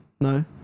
No